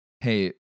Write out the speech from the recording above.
hey